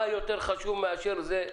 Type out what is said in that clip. מה יותר חשוב מאשר זה?